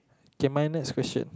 okay minus question